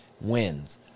wins